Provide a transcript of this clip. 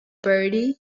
bertie